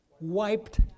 wiped